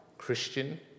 christian